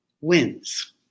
wins